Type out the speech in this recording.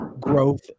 growth